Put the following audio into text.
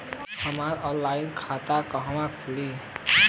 हमार ऑनलाइन खाता कहवा खुली?